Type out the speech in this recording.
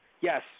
Yes